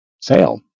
sale